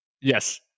Yes